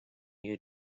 you